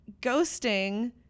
ghosting